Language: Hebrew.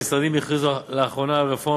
המשרדים הכריזו לאחרונה על רפורמה